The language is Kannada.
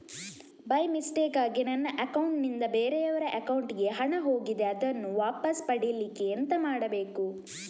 ಬೈ ಮಿಸ್ಟೇಕಾಗಿ ನನ್ನ ಅಕೌಂಟ್ ನಿಂದ ಬೇರೆಯವರ ಅಕೌಂಟ್ ಗೆ ಹಣ ಹೋಗಿದೆ ಅದನ್ನು ವಾಪಸ್ ಪಡಿಲಿಕ್ಕೆ ಎಂತ ಮಾಡಬೇಕು?